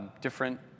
different